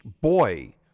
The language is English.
boy